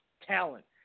talent